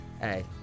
Hey